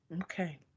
Okay